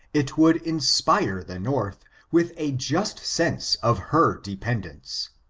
it would inspire the north with a just sense of her dependence,